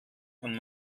von